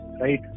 right